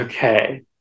Okay